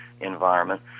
environment